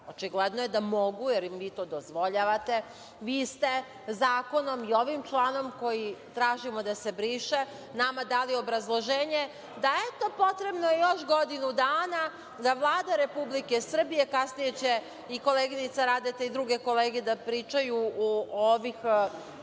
rade. Očigledno je da mogu, jer im vi to dozvoljavate. Vi ste zakonom i ovim članom koji tražimo da se briše, nama dali obrazloženje da, eto, potrebno je još godinu dana da Vlada Republike Srbije, kasnije će i koleginica Radeta i druge kolege da pričaju o ovih